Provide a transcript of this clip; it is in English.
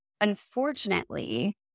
unfortunately